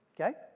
okay